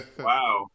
Wow